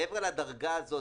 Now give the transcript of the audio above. מעבר לדרגה הזאת,